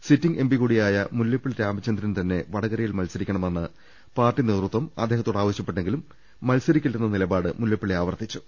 sitting MP കൂടിയായ മുല്ലപ്പള്ളി രാമചന്ദ്രൻ തന്നെ വടകരയിൽ മത്സരിക്കണ മെന്ന് പാർട്ടി നേതൃത്വം അദ്ദേഹത്തോട് ആവശൃപ്പെട്ടെങ്കിലും മത്സ രിക്കില്ലെന്ന നിലപാട് മുല്ലപ്പള്ളി ആവർത്തിച്ചു